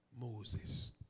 Moses